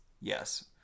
Yes